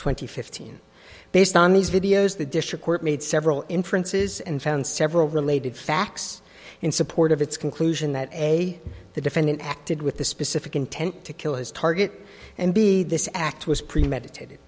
twenty fifteen based on these videos the district court made several inferences and found several related facts in support of its conclusion that the defendant acted with the specific intent to kill his target and b this act was premeditated